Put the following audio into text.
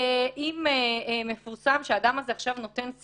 אם מפורסם שהאדם הזה נותן עכשיו